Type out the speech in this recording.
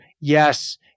yes